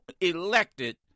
elected